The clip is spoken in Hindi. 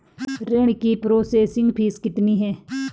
ऋण की प्रोसेसिंग फीस कितनी है?